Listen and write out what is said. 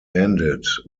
ended